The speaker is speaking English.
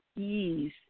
ease